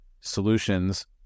solutions